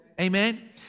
Amen